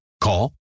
Call